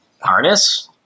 harness